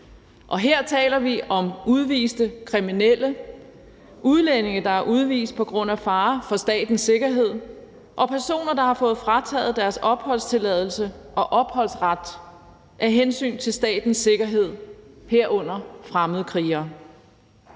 Her taler vi om udviste kriminelle udlændinge, der er udvist på grund af fare for statens sikkerhed, og personer, der har fået frataget deres opholdstilladelse og opholdsret af hensyn til statens sikkerhed, herunder fremmedkrigere.